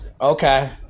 Okay